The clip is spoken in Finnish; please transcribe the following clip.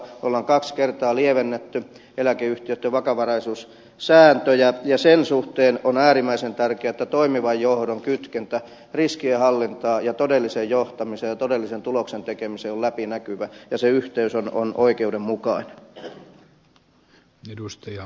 on kaksi kertaa lievennetty eläkeyhtiöitten vakavaraisuussääntöjä ja sen suhteen on äärimmäisen tärkeää että toimivan johdon kytkentä riskien hallintaan ja todelliseen johtamiseen ja todelliseen tuloksen tekemiseen on läpinäkyvä ja se yhteys on oikeudenmukainen